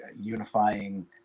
unifying